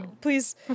Please